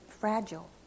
fragile